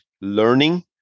learning